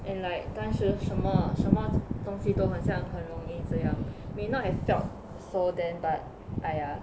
and like 当时什么什么东西都很像很容易这样 may not have felt so then but !aiya!